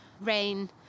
rain